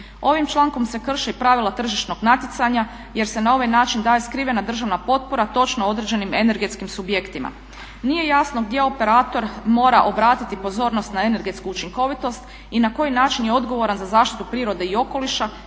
Ovim člankom se krše i pravila tržišnog natjecanja jer se na ovaj način daje skrivena državna potpora točno određenim energetskim subjektima. Nije jasno gdje operator mora obratiti pozornost na energetsku učinkovitost i na koji način je odgovoran za zaštitu prirode i okoliša,